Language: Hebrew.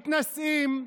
מתנשאים.